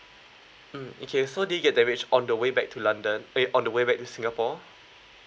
mm okay so did it get damaged on the way back to london eh on the way back to singapore